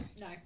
No